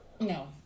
No